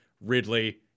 Ridley